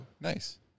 nice